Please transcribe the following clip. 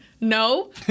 no